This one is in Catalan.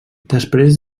després